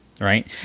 right